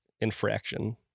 infraction